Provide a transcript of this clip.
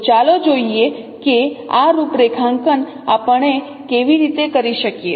તો ચાલો જોઈએ કે આ રૂપરેખાંકન આપણે કેવી રીતે કરી શકીએ